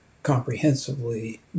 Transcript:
comprehensively